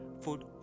food